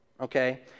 Okay